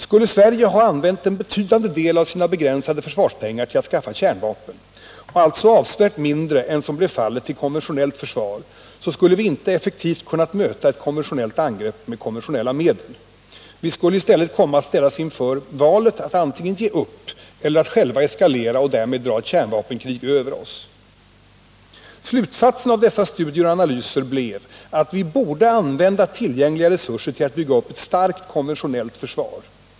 Skulle Sverige ha använt en betydande del av sina begränsade försvarspengar till att skaffa kärnvapen och alltså avsevärt mindre än vad som blev fallet till konventionellt försvar, skulle vi inte effektivt kunnat möta ett konventionellt angrepp med konventionella medel. Vi skulle i stället komma att ställas inför valet att antingen ge upp eller att själva eskalera och därmed dra ett kärnvapenkrig över oss. Slutsatsen av dessa studier och analyser blev att vi borde använda tillgängliga resurser att bygga upp ett starkt konventionellt försvar.